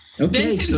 okay